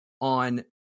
on